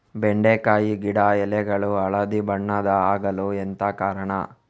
ಬೆಂಡೆಕಾಯಿ ಗಿಡ ಎಲೆಗಳು ಹಳದಿ ಬಣ್ಣದ ಆಗಲು ಎಂತ ಕಾರಣ?